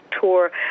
tour